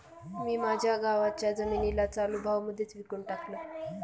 मी माझ्या गावाच्या जमिनीला चालू भावा मध्येच विकून टाकलं